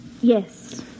Yes